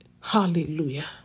Hallelujah